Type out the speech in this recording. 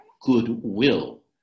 goodwill